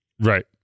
Right